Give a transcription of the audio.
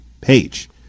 page